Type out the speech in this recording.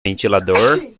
ventilador